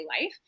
life